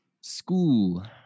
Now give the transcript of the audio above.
school